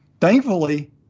thankfully